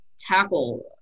tackle